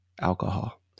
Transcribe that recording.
alcohol